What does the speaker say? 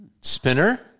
Spinner